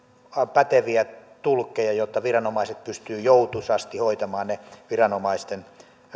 päteviä tulkkeja jotta viranomaiset pystyvät joutuisasti hoitamaan ne viranomaisten